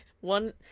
one